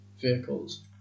vehicles